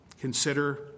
Consider